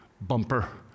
bumper